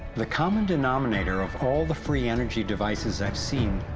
the common denominator of all the free energy devices, i have seen,